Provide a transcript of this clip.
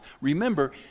Remember